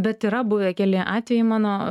bet yra buvę keli atvejai mano